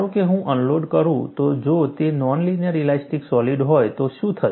ધારો કે હું અનલોડ કરું છું તો જો તે નોન લિનિયર ઇલાસ્ટિક સોલિડ હોય તો શું થશે